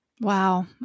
Wow